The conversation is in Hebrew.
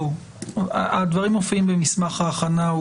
הדברים מופיעים במסמך ההכנה,